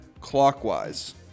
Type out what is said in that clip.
clockwise